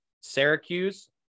Syracuse